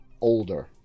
older